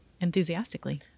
enthusiastically